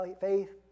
faith